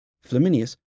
Flaminius